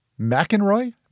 McEnroy